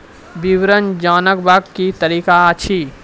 विवरण जानवाक की तरीका अछि?